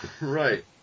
Right